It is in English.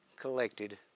collected